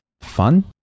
fun